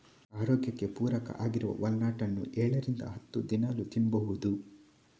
ಆರೋಗ್ಯಕ್ಕೆ ಪೂರಕ ಆಗಿರುವ ವಾಲ್ನಟ್ ಅನ್ನು ಏಳರಿಂದ ಹತ್ತು ದಿನಾಲೂ ತಿನ್ಬಹುದು